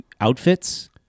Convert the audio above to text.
outfits